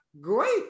great